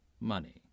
money